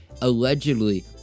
allegedly